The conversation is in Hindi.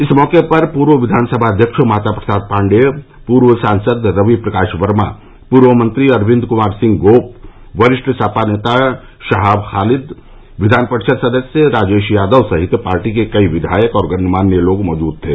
इस मौके पर पूर्व विधानसभाध्यक्ष माता प्रसाद पांडेय पूर्व सांसद रवि प्रकाश वर्मा पूर्व मंत्री अरविंद कुमार सिंह गोप वरिष्ठ सपा नेता शहाब ख़ालिद विधान परिषद सदस्य राजेश यादव सहित पार्टी के कई विधायक और गणमान्य लोग मौजूद थे